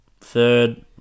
third